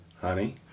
honey